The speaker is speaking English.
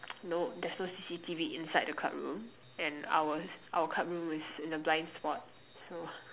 no there's no C_C_T_V inside the club room and our our club room is in a blind spot so